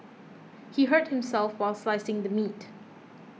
he hurt himself while slicing the meat